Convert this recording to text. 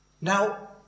Now